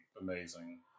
amazing